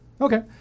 Okay